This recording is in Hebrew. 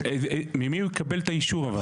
ממי הוא יקבל את האישור אבל?